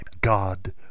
God